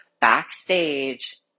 backstage